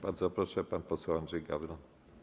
Bardzo proszę, pan poseł Andrzej Gawron.